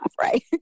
right